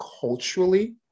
culturally